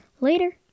Later